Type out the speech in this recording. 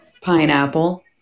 Pineapple